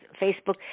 Facebook